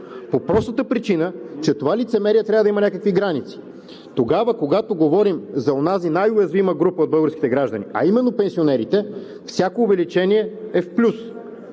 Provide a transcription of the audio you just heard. по простата причина, че това лицемерие трябва да има някакви граници. Когато говорим за онази най-уязвима група от българските граждани, а именно пенсионерите, всяко увеличение е в плюс.